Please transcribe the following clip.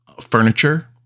furniture